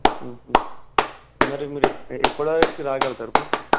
మరి మీరు ఎప్పటి వరకు రాగలుగుతారు బ్రో